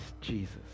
Jesus